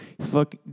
Fuck